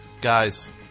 Guys